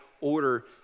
order